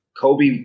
Kobe